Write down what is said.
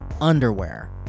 underwear